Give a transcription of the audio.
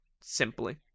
Simply